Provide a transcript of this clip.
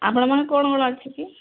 ଆପଣଙ୍କ ପାଖେ କ'ଣ ଅଛି କି